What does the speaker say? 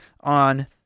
on